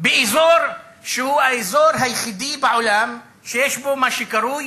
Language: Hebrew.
באזור שהוא האזור היחידי בעולם שיש בו מה שקרוי